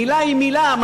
מילה היא מילה,